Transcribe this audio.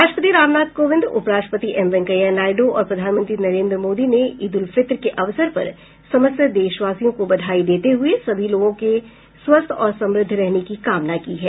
राष्ट्रपति रामनाथ कोविंद उप राष्ट्रपति एम वेंकैया नायडू और प्रधानमंत्री नरेंद्र मोदी ने ईद उल फित्र के अवसर पर समस्त देशवासियों को बधाई देते हुए सभी लोगों के स्वस्थ और समृद्ध रहने की कामना की है